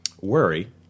Worry